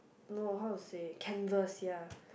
no how to say canvas ya